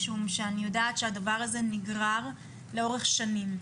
משום שאני יודעת שהדבר הזה נגרר לאורך שנים.